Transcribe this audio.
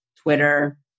twitter